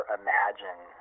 imagine